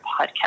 podcast